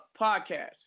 podcast